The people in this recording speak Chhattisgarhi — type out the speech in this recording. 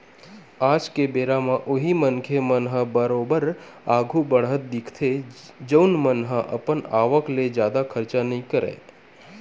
आज के बेरा म उही मनखे मन ह बरोबर आघु बड़हत दिखथे जउन मन ह अपन आवक ले जादा खरचा नइ करय